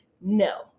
No